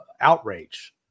outrage